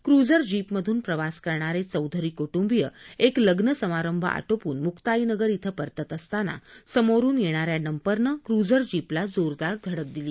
cruiser जीपमधून प्रवास करणारे चौधरी कुटुंबीय एक लग्न समारंभ आटोपून मुक्ताईनगर इथं परतत असताना समोरून येणाऱ्या डंपरनं क्रुझर जीपला जोरदार धडक दिली